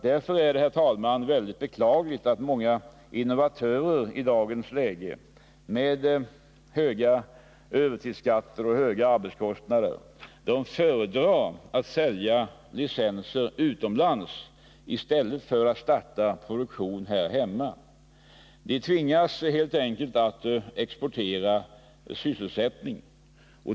Det är beklagligt att många innovatörer, i dagens läge med höga övertidsskatter och höga arbetskostnader, föredrar att sälja licenser utomlands framför att starta produktion hemma. De tvingas helt enkelt att exportera sysselsättning.